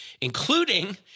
including